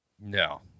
No